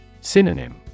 Synonym